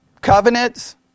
Covenants